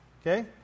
Okay